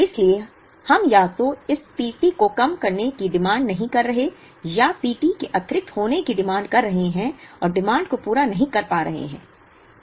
इसलिए हम या तो इस P t को कम करने की मांग नहीं कर रहे हैं या P t के अतिरिक्त होने की मांग कर रहे हैं और मांग को पूरा नहीं कर पा रहे हैं